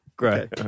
Great